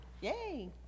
Yay